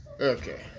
Okay